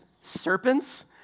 serpents